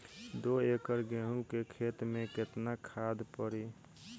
दो एकड़ गेहूँ के खेत मे केतना खाद पड़ी?